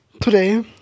Today